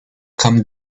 come